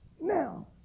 Now